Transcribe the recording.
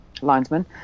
linesman